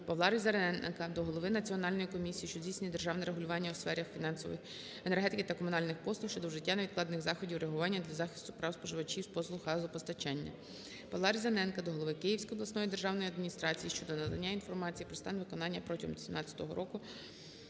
Павла Різаненка до голови Національної комісії, що здійснює державне регулювання у сферах енергетики та комунальних послуг щодо вжиття невідкладних заходів реагування для захисту прав споживачів послуг з газопостачання. Павла Різаненка до голови Київської обласної державної адміністрації щодо надання інформації про стан виконання протягом 2017 року